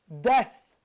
Death